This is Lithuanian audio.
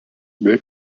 bei